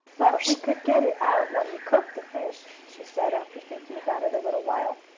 but we could get it out when we cook the fish, she said, after thinking about it a little while.